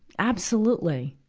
absolutely.